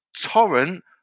torrent